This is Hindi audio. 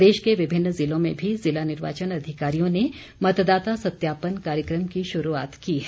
प्रदेश के विभिन्न ज़िलों में भी ज़िला निर्वाचन अधिकारियों ने मतदाता सत्यापन कार्यक्रम की शुरूआत की है